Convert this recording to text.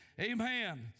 Amen